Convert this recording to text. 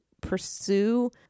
pursue